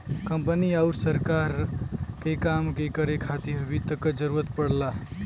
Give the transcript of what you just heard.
company आउर सरकार के काम के करे खातिर वित्त क जरूरत पड़ला